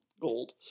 gold